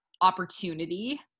opportunity